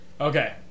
okay